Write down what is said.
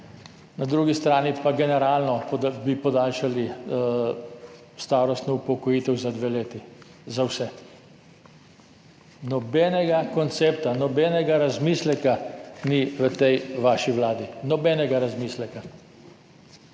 na drugi strani bi pa generalno podaljšali starostno upokojitev za dve leti za vse. Nobenega koncepta, nobenega razmisleka ni v tej vaši vladi. Nobenega razmisleka.